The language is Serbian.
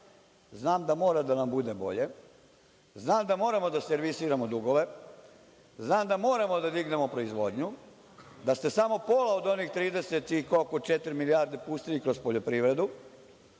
Znam da mora da nam bude bolje. Znam da moramo da servisiramo dugove. Znamo da moramo da dignemo proizvodnju i da se samo pola od onih 34 milijarde pustili kroz poljoprivredu